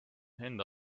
enda